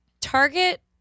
Target